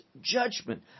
judgment